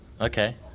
Okay